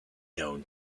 known